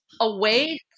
away